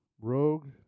Rogue